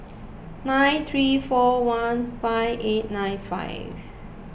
nine three four one five eight nine five